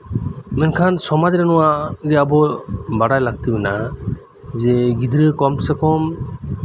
ᱢᱮᱱᱠᱷᱟᱱ ᱥᱚᱢᱟᱡ ᱨᱮ ᱱᱚᱣᱟ ᱟᱵᱚ ᱵᱟᱲᱟᱭ ᱞᱟᱹᱠᱛᱤ ᱢᱮᱱᱟᱜᱼᱟ ᱜᱤᱫᱽᱨᱟᱹ ᱠᱚᱢ ᱥᱮ ᱠᱚᱢ